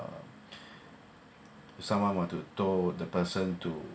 uh if someone want to tow the person to